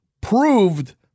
proved